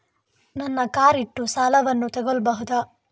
ನನ್ನ ಕಾರ್ ಇಟ್ಟು ಸಾಲವನ್ನು ತಗೋಳ್ಬಹುದಾ?